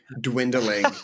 dwindling